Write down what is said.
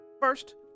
First